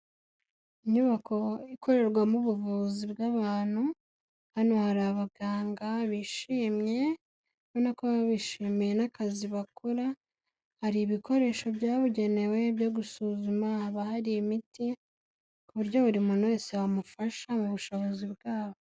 Inyubako ikorerwamo ubuvuzi bw'abantu, hano hari abaganga bishimye ubona ko bishimiye n'akazi bakora, hari ibikoresho byabugenewe byo gusuzuma, haba hari imiti ku buryo buri muntu wese bamufasha mu bushobozi bwabo.